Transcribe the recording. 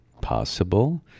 possible